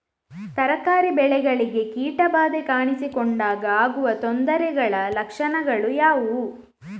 ತರಕಾರಿ ಬೆಳೆಗಳಿಗೆ ಕೀಟ ಬಾಧೆ ಕಾಣಿಸಿಕೊಂಡಾಗ ಆಗುವ ತೊಂದರೆಗಳ ಲಕ್ಷಣಗಳು ಯಾವುವು?